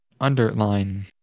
Underline